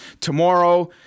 Tomorrow